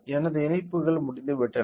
எனது இணைப்புகள் முடிந்துவிட்டன